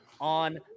on